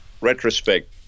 retrospect